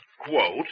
quote